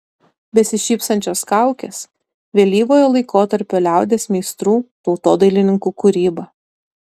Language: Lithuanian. besišypsančios kaukės vėlyvojo laikotarpio liaudies meistrų tautodailininkų kūryba